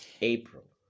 April